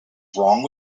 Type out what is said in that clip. wrong